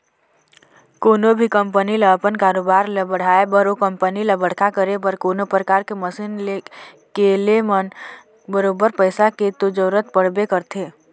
कोनो भी कंपनी ल अपन कारोबार ल बढ़ाय बर ओ कंपनी ल बड़का करे बर कोनो परकार के मसीन के ले म बरोबर पइसा के तो जरुरत पड़बे करथे